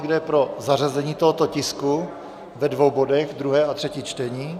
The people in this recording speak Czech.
Kdo je pro zařazení tohoto tisku ve dvou bodech, druhé a třetí čtení?